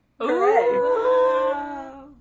Hooray